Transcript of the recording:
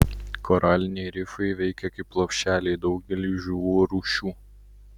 koraliniai rifai veikia kaip lopšeliai daugeliui žuvų rūšių